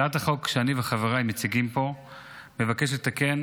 הצעת החוק שאני וחברי מציגים פה מבקשת לתקן